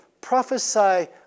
prophesy